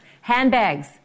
handbags